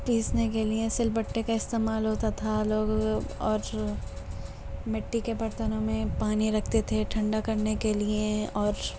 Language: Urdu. پیسنے کے لئے سل بٹے کا استعمال ہوتا تھا لوگ اور مٹی کے برتنوں میں پانی رکھتے تھے ٹھنڈا کرنے کے لئے اور